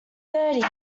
bertie